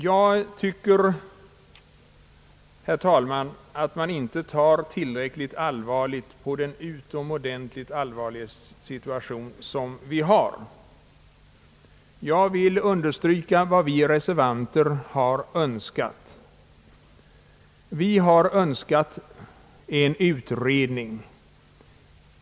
Jag tycker, herr talman, att man inte tar tillräckligt allvarligt på den utomordentligt svåra och farliga situation som råder. Vad vi reservanter önskar är en utredning.